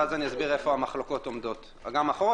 ואז אני אסביר איפה המחלוקות עומדות גם אחורה,